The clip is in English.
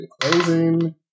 closing